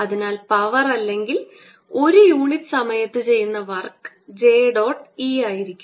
അതിനാൽ പവർ അല്ലെങ്കിൽ ഒരു യൂണിറ്റ് സമയത്തിന് ചെയ്യുന്ന വർക്ക് J ഡോട്ട് E ആയിരിക്കും